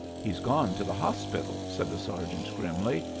he's gone to the hospital, said the sergeant, grimly.